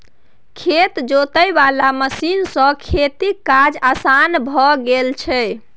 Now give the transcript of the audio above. खेत जोते वाला मशीन सँ खेतीक काज असान भए गेल छै